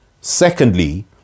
Secondly